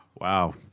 Wow